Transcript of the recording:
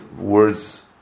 words